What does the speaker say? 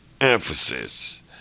emphasis